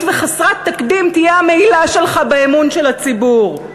וחסרת תקדים תהיה המעילה שלך באמון של הציבור,